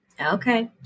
Okay